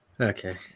Okay